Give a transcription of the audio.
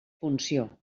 funció